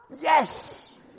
Yes